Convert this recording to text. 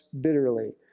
bitterly